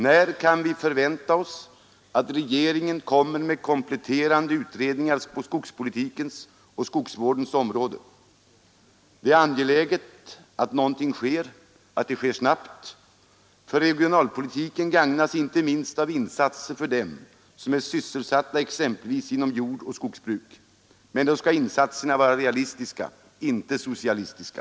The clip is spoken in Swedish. När kan vi förvänta oss att regeringen kommer med kompletterande utredningar på skogspolitikens och skogsvårdens område. Det är ytterst angeläget att någonting sker, och att det sker snabbt, ty regionalpolitiken gagnas inte minst av insatser för dem som är sysselsatta inom exempelvis jordoch skogsbruket. Men då skall insatserna vara realistiska, inte socialistiska.